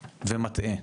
ומטעה.